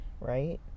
right